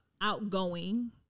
outgoing